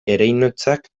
ereinotzak